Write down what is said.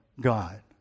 God